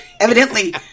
Evidently